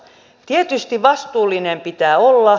tietysti vastuullinen pitää olla